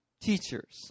teachers